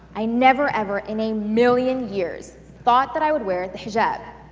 i never ever in a million years thought that i would wear the hijab.